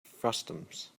frustums